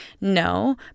no